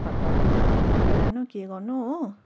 फर्काउनु पनि कहाँ फर्कइ रहनु के गर्नु हो